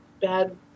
bad